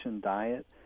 diet